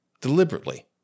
deliberately